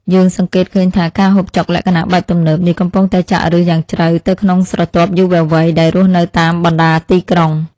យើងសង្កេតឃើញថាការហូបចុកលក្ខណៈបែបទំនើបនេះកំពុងតែចាក់ឫសយ៉ាងជ្រៅទៅក្នុងស្រទាប់យុវវ័យដែលរស់នៅតាមបណ្តាទីក្រុង។